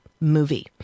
movie